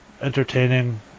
entertaining